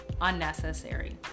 unnecessary